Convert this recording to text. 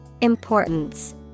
Importance